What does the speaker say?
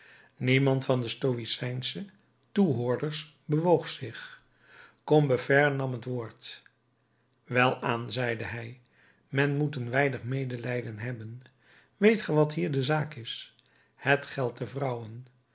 niemand van de stoïcijnsche toehoorders bewoog zich combeferre nam het woord welaan zeide hij men moet een weinig medelijden hebben weet ge wat hier de zaak is het geldt de vrouwen